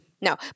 No